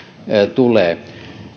tulee